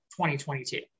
2022